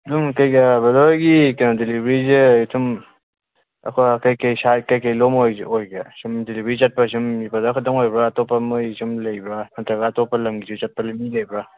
ꯑꯗꯨꯝ ꯀꯔꯤ ꯀꯔꯤ ꯕ꯭ꯔꯗꯔ ꯍꯣꯏꯒꯤ ꯀꯩꯅꯣ ꯗꯦꯂꯤꯕꯔꯤꯁꯦ ꯁꯨꯝ ꯑꯩꯈꯣꯏ ꯀꯔꯤ ꯀꯔꯤ ꯁꯥꯏꯠ ꯀꯔꯤ ꯀꯔꯤ ꯂꯣꯝ ꯑꯣꯏꯒꯦ ꯁꯨꯝ ꯗꯦꯂꯤꯕꯔꯤ ꯆꯠꯄ ꯁꯨꯝ ꯕ꯭ꯔꯗꯔ ꯈꯛꯇꯪ ꯑꯣꯏꯕ꯭ꯔꯥ ꯑꯇꯣꯞꯄ ꯃꯣꯏ ꯁꯨꯝ ꯂꯩꯕ꯭ꯔꯥ ꯅꯠꯇ꯭ꯔꯒ ꯑꯇꯣꯞꯄ ꯂꯝꯒꯤꯁꯨ ꯆꯠꯄ ꯃꯤ ꯂꯩꯕ꯭ꯔꯥ